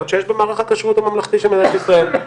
שיש במערך הכשרות הממלכתי של מדינת ישראל,